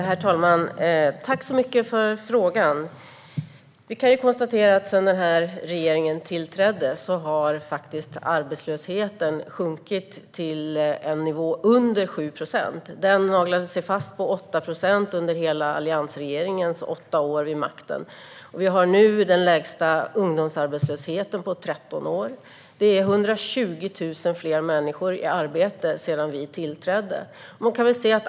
Herr talman! Tack så mycket för frågan! Vi kan konstatera att sedan regeringen tillträdde har arbetslösheten sjunkit till en nivå under 7 procent. Den naglade sig fast på 8 procent under hela alliansregeringens åtta år vid makten. Vi har nu den lägsta ungdomsarbetslösheten på 13 år. Det är 120 000 fler människor i arbete sedan vi tillträdde.